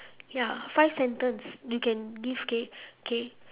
ya five sentence you can give K K